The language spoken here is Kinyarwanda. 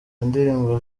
ndirimbo